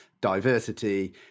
diversity